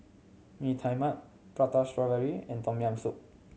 Mee Tai Mak Prata Strawberry and Tom Yam Soup